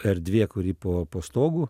erdvė kuri po po stogu